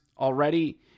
already